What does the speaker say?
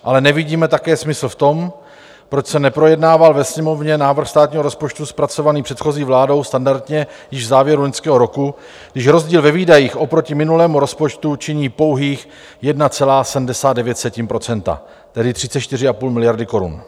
Ale nevidíme také smysl v tom, proč se neprojednával ve Sněmovně návrh státního rozpočtu zpracovaný předchozí vládou standardně již v závěru loňského roku, když rozdíl ve výdajích oproti minulému rozpočtu činí pouhých 1,79 %, tedy 34,5 miliardy korun.